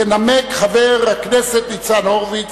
ינמק חבר הכנסת ניצן הורוביץ.